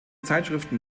zeitschriften